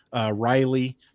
Riley